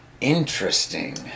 Interesting